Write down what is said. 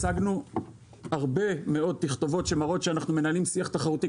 הצגנו הרבה מאוד תכתובות שמראות שאנחנו מנהלים שיח תחרותי,